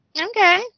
Okay